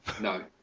No